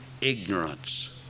Ignorance